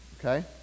Okay